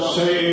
say